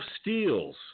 steals